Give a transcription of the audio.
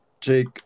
Jake